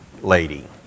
lady